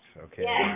Okay